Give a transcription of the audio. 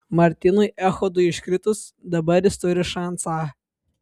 martynui echodui iškritus dabar jis turi šansą